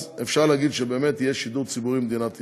אז אפשר להגיד שבאמת יהיה שידור ציבורי במדינת ישראל.